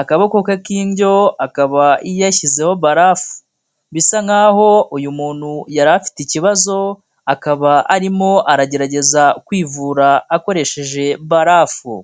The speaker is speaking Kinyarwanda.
akaboko ke k'indyo akaba yashyizeho barafu. Bisa nk'aho uyu muntu yari afite ikibazo, akaba arimo aragerageza kwivura akoresheje barafu.